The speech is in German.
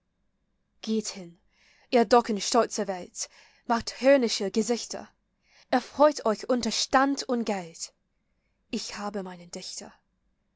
geht hin ihr docken stolzer welt macht höhnische gesichter erfreut euch unter stand und geld ich habe meinen dichter